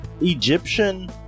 egyptian